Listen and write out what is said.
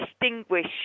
distinguish